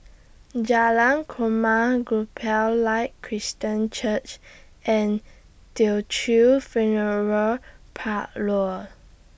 Jalan Korma Gospel Light Christian Church and Teochew Funeral Parlour